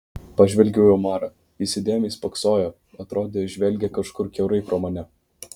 pažvelgiau į omarą jis įdėmiai spoksojo atrodė žvelgia kažkur kiaurai pro mane